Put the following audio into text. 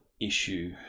issue